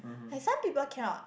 like some people cannot